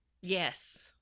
Yes